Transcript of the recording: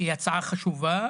שהיא הצעה חשובה.